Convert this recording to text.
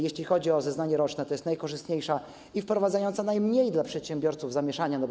Jeśli chodzi o zeznanie roczne, to jest to najkorzystniejsza i wprowadzająca najmniej dla przedsiębiorców zamieszania kwestia.